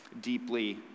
deeply